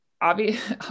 obvious